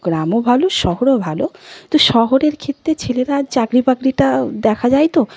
গ্রামও ভালো শহরও ভালো তো শহরের ক্ষেত্রে ছেলেরা চাকরি বাকরিটাও দেখা যায় তো